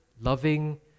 loving